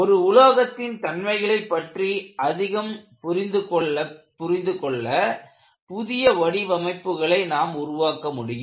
ஒரு உலோகத்தின் தன்மைகளைப் பற்றி அதிகம் புரிந்து கொள்ள புரிந்து கொள்ள புதிய வடிவமைப்புகளை நாம் உருவாக்க முடியும்